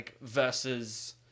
versus